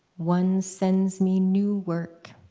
one sends me new work,